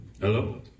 Hello